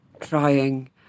trying